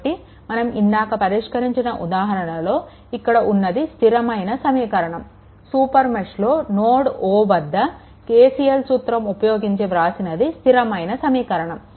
కాబట్టి మనం ఇందాక పరిష్కరించిన ఉదాహరణలో ఇక్కడ ఉన్నది స్థిరమైన సమీకరణం సూపర్ మెష్లో నోడ్ O వద్ద KCL సూత్రం ఉపయోగించి వ్రాసినది స్థిరమైన సమీకరణం